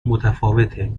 متفاوته